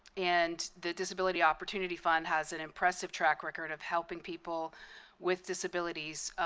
and the disability opportunity fund has an impressive track record of helping people with disabilities